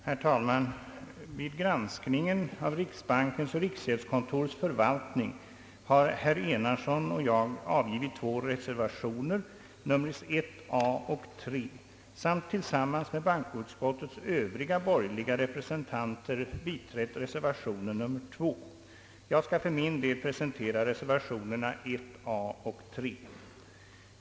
Herr talman! Vid granskningen av riksbankens och riksgäldskontorets förvaltning har herr Enarsson och jag avgivit två reservationer, nr 1 a och 3, samt tillsammans med bankoutskottets övriga borgerliga representanter biträtt reservationen nr 2. Jag skall för min del presentera reservationerna 1 a och 3.